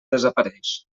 desapareix